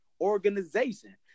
organization